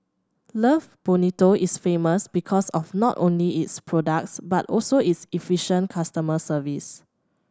love Bonito is famous because of not only its products but also its efficient customer service